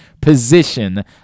position